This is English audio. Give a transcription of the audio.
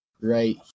right